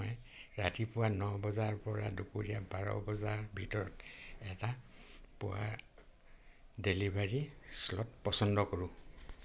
মই ৰাতিপুৱা ন বজাৰ পৰা দুপৰীয়া বাৰ বজাৰ ভিতৰত এটা পুৱাৰ ডেলিভাৰী শ্লট পচন্দ কৰোঁ